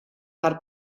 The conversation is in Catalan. per